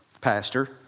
pastor